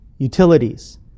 utilities